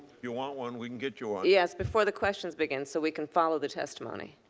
you want one, we can get you one. yes, before the question begins, so we can follow the testimony.